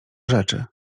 rzeczy